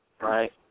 Right